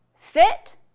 Fit